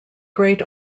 great